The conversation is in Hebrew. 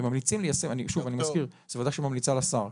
וממליצים, שוב אני מזכיר, זו ועדה שממליצה לשר.